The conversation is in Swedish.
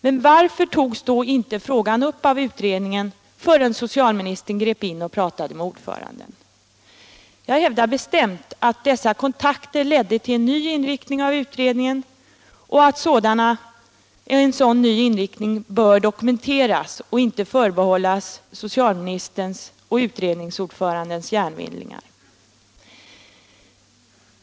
Men varför togs då inte frågan upp av utredningen förrän socialministern grep in och pratade med ordföranden? Jag hävdar bestämt att dessa kontakter ledde till en ny inriktning av utredningen och att en sådan ny inriktning bör dokumenteras och inte förbehållas socialministerns och utredningsordförandens hjärnvindlingar.